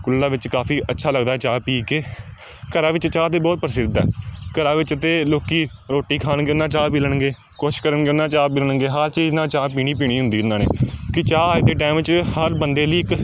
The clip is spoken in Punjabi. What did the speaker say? ਕੁੱਲ੍ਹੜਾਂ ਵਿੱਚ ਕਾਫ਼ੀ ਅੱਛਾ ਲੱਗਦਾ ਚਾਹ ਪੀ ਕੇ ਘਰਾਂ ਵਿੱਚ ਚਾਹ ਤਾਂ ਬਹੁਤ ਪ੍ਰਸਿੱਧ ਹੈ ਘਰਾਂ ਵਿੱਚ ਤਾਂ ਲੋਕ ਰੋਟੀ ਖਾਣਗੇ ਉਹਦੇ ਨਾਲ ਚਾਹ ਪੀ ਲੈਣਗੇ ਕੁਛ ਕਰਨਗੇ ਉਹਦੇ ਨਾਲ ਚਾਹ ਪੀ ਲੈਣਗੇ ਹਰ ਚੀਜ਼ ਨਾਲ ਚਾਹ ਪੀਣੀ ਪੀਣੀ ਹੁੰਦੀ ਹੈ ਇਹਨਾਂ ਨੇ ਅਤੇ ਚਾਹ ਅੱਜ ਦੇ ਟਾਈਮ 'ਚ ਹਰ ਬੰਦੇ ਲਈ ਇੱਕ